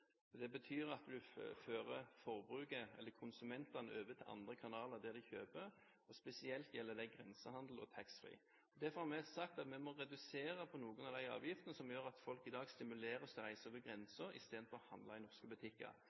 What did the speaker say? Det betyr at du fører konsumentene over til andre kanaler der de kjøper, spesielt gjelder det grensehandel og taxfree. Derfor har vi sagt at vi må redusere på noen av de avgiftene som gjør at folk i dag stimuleres til å reise over grensen istedenfor å handle i norske butikker.